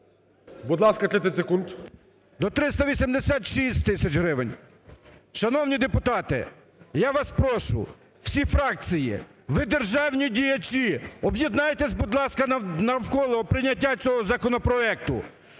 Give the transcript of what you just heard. Будь ласка, 30 секунд. АНТОНИЩАК А.Ф. …до 386 тисяч гривень. Шановні депутати, я вас прошу, всі фракції, ви – державні діячі, об'єднайтесь, будь ласка, навколо прийняття цього законопроекту.